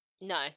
No